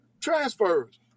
transfers